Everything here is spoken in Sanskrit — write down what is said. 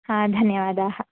हा धन्यवादाः